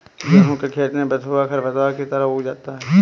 गेहूँ के खेत में बथुआ खरपतवार की तरह उग आता है